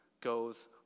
goes